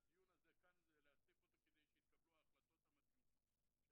האמן לי, תביא רווחה אמתית אם